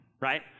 right